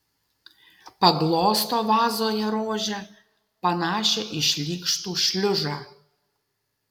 paglosto vazoje rožę panašią į šlykštų šliužą